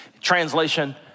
Translation